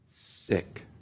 sick